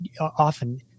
often